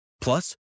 Plus